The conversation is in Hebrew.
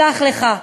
שלח לך,